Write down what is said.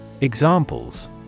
Examples